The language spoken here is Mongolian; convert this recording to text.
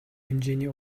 хэмжээний